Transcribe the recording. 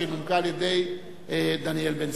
שנומקה על-ידי דניאל בן-סימון.